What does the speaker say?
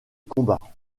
combat